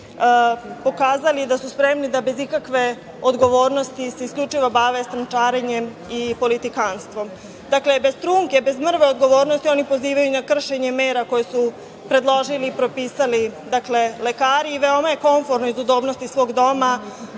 pokazali da su spremni da bez ikakve odgovornosti se isključivo bave strančarenjem i politikanstvom. Bez ikakve odgovornosti oni pozivaju na kršenje mera koje su predložili i propisali lekari i veoma je komforno iz udobnosti svog doma